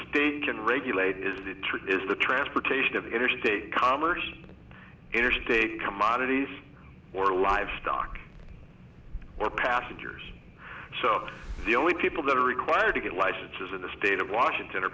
state can regulate is that true is the transportation of interstate commerce interstate commodities or livestock or passengers so the only people that are required to get licenses in the state of washington